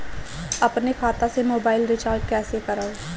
अपने खाता से मोबाइल रिचार्ज कैसे करब?